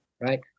right